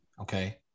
Okay